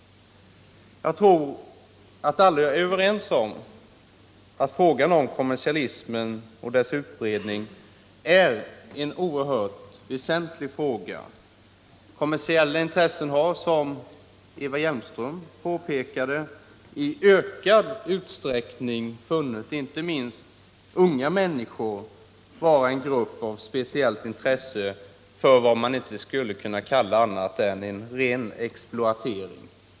Kommersialismens tror att vi alla kan vara överens om att frågan om kommersialismens verkningar på utbredning är oerhört väsentlig. Kommersiella intressen har, som Eva kulturområdet Hjelmström påpekat, i ökad utsträckning funnit inte minst unga människor vara en grupp av speciellt intresse när det gäller verksamhet som jag inte kan kalla annat än exploatering.